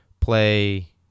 play